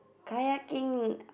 kayaking